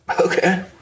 okay